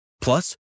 Plus